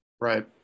right